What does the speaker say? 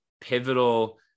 pivotal